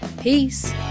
Peace